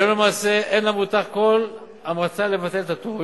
היום למעשה אין למבוטח כל המרצה לבטל את התור,